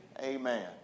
Amen